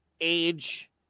age